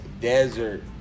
desert